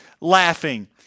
laughing